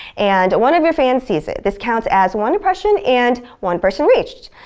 and one of your fans sees it. this counts as one impression and one person reached.